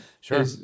sure